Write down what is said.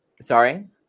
sorry